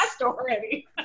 already